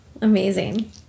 amazing